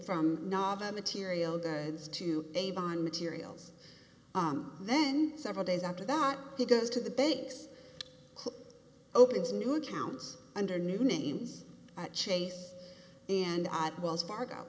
from novel material goods to a bond materials and then several days after that he goes to the base opens new accounts under new names at chase and i wells fargo